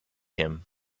him